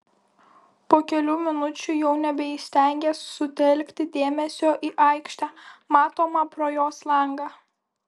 po kelių minučių jau nebeįstengė sutelkti dėmesio į aikštę matomą pro jos langą